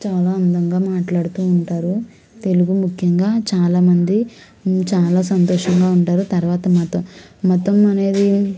చాలా అందంగా మాట్లాడుతూ ఉంటారు తెలుగు ముఖ్యంగా చాలామంది చాలా సంతోషంగా ఉంటారు తర్వాత మతో మతం అనేది